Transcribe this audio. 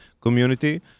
community